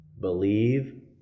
believe